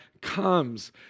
comes